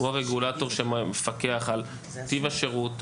הוא הרגולטור שמפקח על טיב השירות,